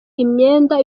imyenda